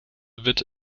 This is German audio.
wird